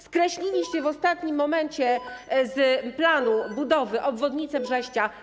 Skreśliliście w ostatnim momencie z planu budowy obwodnicę Brześcia.